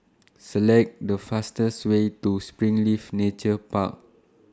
Select The fastest Way to Springleaf Nature Park